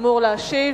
אמור להשיב.